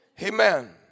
Amen